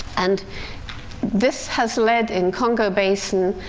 and this has led in congo basin,